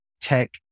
tech